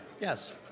Yes